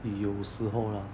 有时候 lor